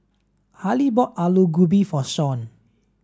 Hali bought Alu Gobi for Sean